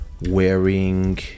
wearing